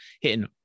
hitting